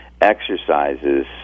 exercises